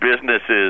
businesses